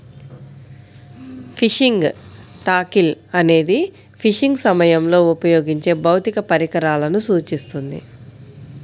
fishing tackle అనేది fishing సమయంలో ఉపయోగించే భౌతిక పరికరాలను సూచిస్తుంది